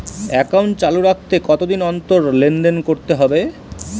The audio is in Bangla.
একাউন্ট চালু রাখতে কতদিন অন্তর লেনদেন করতে হবে?